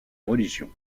religion